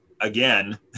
again